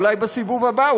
אולי בסיבוב הבא,